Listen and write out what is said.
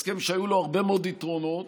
הסכם שהיו בו הרבה מאוד יתרונות